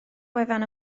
wefan